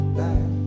back